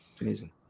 Amazing